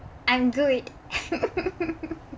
I'm good